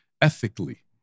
ethically